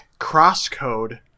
crosscode